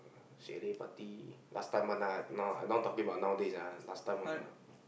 chalet party last time one ah no I'm not talking about nowadays ah last time one lah